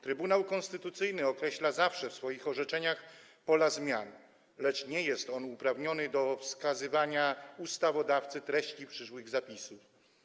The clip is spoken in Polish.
Trybunał Konstytucyjny określa zawsze w swoich orzeczeniach pola zmian, lecz nie jest on uprawniony do wskazywania ustawodawcy treści przyszłych zapisów.